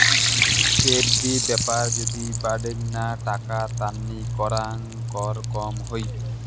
FD ব্যাপার যদি বাডেনগ্না টাকা তান্নি করাং কর কম হই